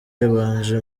yabanje